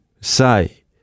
say